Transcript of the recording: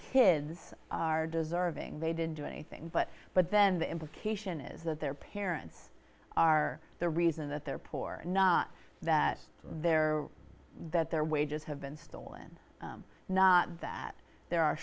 kids are deserving they didn't do anything but but then the implication is that their parents are the reason that they're poor not that they're that their wages have been stolen not that there are